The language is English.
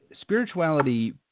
Spirituality